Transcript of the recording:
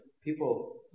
people